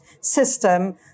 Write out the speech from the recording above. system